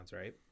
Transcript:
right